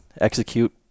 execute